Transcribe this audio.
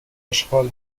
اشغال